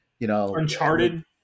Uncharted